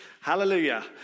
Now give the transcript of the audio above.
hallelujah